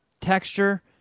texture